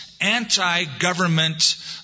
anti-government